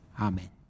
Amen